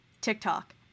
TikTok